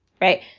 right